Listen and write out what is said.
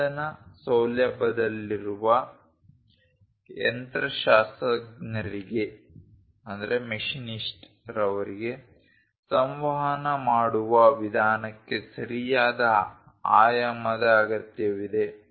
ಉತ್ಪಾದನಾ ಸೌಲಭ್ಯದಲ್ಲಿರುವ ಯಂತ್ರಶಾಸ್ತ್ರಜ್ಞರಿಗೆ ಸಂವಹನ ಮಾಡುವ ವಿಧಾನಕ್ಕೆ ಸರಿಯಾದ ಆಯಾಮದ ಅಗತ್ಯವಿದೆ